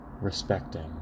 respecting